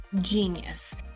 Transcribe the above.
genius